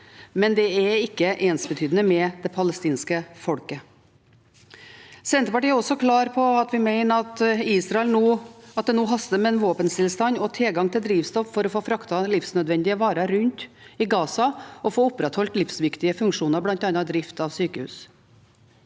men det er ikke ensbetydende med det palestinske folket. Senterpartiet er også klar på at vi mener at det nå haster med en våpenstillstand og tilgang på drivstoff for å få fraktet livsnødvendige varer rundt i Gaza og få opprettholdt livsviktige funksjoner, bl.a. av drift av sykehus.